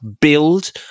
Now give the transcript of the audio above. build